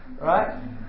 right